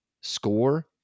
score